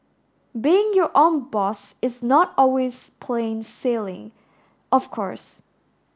being your own boss is not always plain sailing of course